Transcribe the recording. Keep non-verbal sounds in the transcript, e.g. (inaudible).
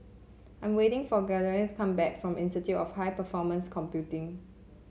I'm waiting for (unintelligible) come back from Institute of High Performance Computing